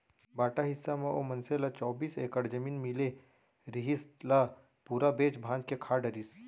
बांटा हिस्सा म ओ मनसे ल चौबीस एकड़ जमीन मिले रिहिस, ल पूरा बेंच भांज के खा डरिस